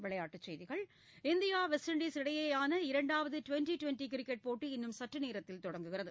விளையாட்டுச் செய்திகள் India West Indies இடையேயான இரண்டாவது டுவெண்டி டுவெண்டி கிரிக்கெட் போட்டி இன்னும் சற்றுநோத்தில் தொடங்குகிறது